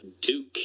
Duke